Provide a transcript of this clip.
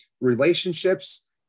relationships